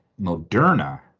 Moderna